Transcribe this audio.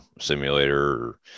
simulator